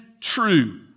true